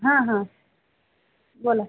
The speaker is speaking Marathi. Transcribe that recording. हां हां बोला